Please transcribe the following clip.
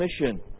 mission